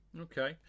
Okay